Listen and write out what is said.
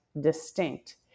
distinct